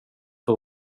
för